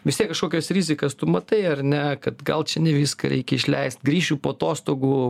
vis tiek kažkokias rizikas tu matai ar ne kad gal čia ne viską reikia išleist grįšiu po atostogų